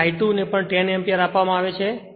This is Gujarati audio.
તેથી I2 ને પણ 10 એમ્પીયર આપવામાં આવે છે